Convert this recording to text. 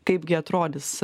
kaipgi atrodys